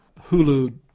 Hulu